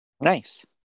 Nice